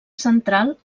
central